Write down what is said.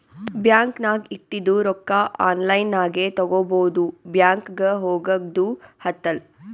bank ನಾಗ್ ಇಟ್ಟಿದು ರೊಕ್ಕಾ ಆನ್ಲೈನ್ ನಾಗೆ ತಗೋಬೋದು ಬ್ಯಾಂಕ್ಗ ಹೋಗಗ್ದು ಹತ್ತಲ್